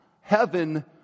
heaven